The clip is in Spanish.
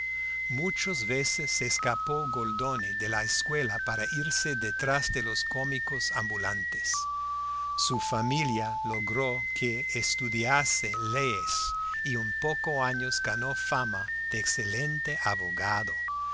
muchas veces se escapó goldoni de la escuela para irse detrás de los cómicos ambulantes su familia logró que estudiase leyes y en pocos años ganó fama de excelente abogado